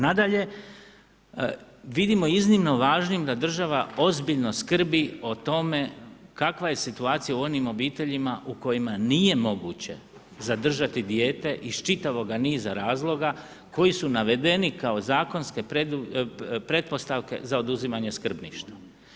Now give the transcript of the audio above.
Nadalje, vidimo iznimno važnim da država ozbiljno skrbi o tome kakva je situacija u onim obiteljima u kojima nije moguće zadržati dijete iz čitavoga niza razloga koji su navedeni kao zakonske pretpostavke za oduzimanje skrbništva.